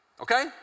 Okay